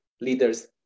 leaders